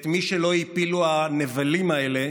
את מי שלא הפילו הנבלים האלה,